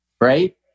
right